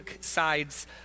side's